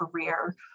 career